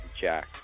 Jack